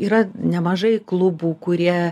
yra nemažai klubų kurie